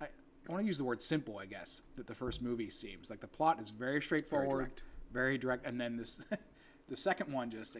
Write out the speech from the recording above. i don't use the word simple i guess but the first movie seems like the plot is very straightforward very direct and then this the second one just